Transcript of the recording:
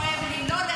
כואב לי.